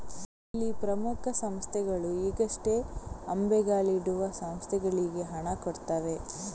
ಇಲ್ಲಿ ಪ್ರಮುಖ ಸಂಸ್ಥೆಗಳು ಈಗಷ್ಟೇ ಅಂಬೆಗಾಲಿಡುವ ಸಂಸ್ಥೆಗಳಿಗೆ ಹಣ ಕೊಡ್ತವೆ